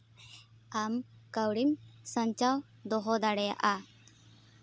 ᱟᱢ ᱠᱟᱹᱣᱰᱤᱢ ᱥᱟᱧᱪᱟᱣ ᱫᱚᱦᱚ ᱫᱟᱲᱮᱭᱟᱜᱼᱟ